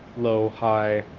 low, high,